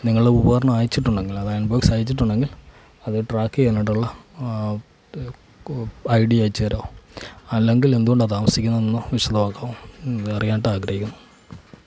നിങ്ങൾ ഉപകരണം അയച്ചിട്ടുണ്ടെങ്കിൽ അത് അയൺബോക്സ് അയച്ചിട്ടുണ്ടെങ്കിൽ അത് ട്രാക്ക് ചെയ്യാനായിട്ടുള്ള ഐ ഡി അയച്ചു തരുമോ അല്ലെങ്കിൽ എന്തുകൊണ്ടാണ് താമസിക്കുന്നതെന്ന് വിശദമാക്കുമോ അതറിയാനായിട്ട് ആഗ്രഹിക്കുന്നു